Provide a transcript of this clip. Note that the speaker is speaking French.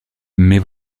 mais